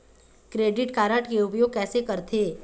Credit card के उपयोग कैसे करथे?